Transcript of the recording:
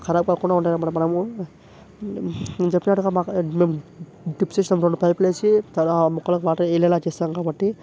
ఖరాబ్కాకుండా ఉంటాయన్నమాట మనము నేను చేప్పినట్టుగా మాకు మేము డ్రిప్ సిస్టమ్ రెండు పైపులేసి తదా మొక్కలకు వాటర్ వెళ్ళేలా చేస్తాం కాబట్టి